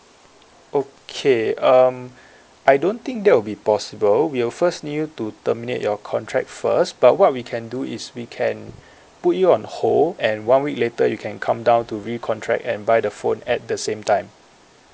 okay um I don't think that will be possible we'll first need you to terminate your contract first but what we can do is we can put you on hold and one week later you can come down to re-contract and buy the phone at the same time